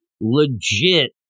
legit